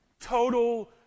Total